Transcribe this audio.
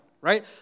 right